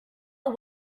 are